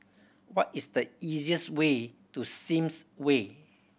what is the easiest way to Sims Way